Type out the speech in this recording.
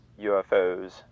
UFOs